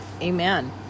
Amen